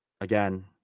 again